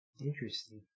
Interesting